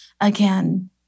again